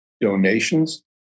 donations